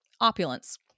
opulence